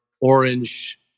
orange